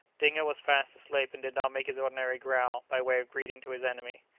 dingo was fast asleep, and did not make his ordinary growl by way of greeting to his enemy.